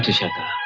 shakka?